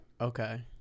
Okay